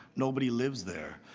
nobody lives there.